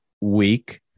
week